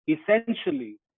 essentially